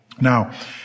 Now